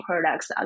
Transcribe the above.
products